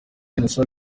innocent